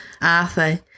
Arthur